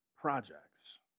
projects